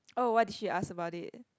oh what did she ask about it